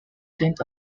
saint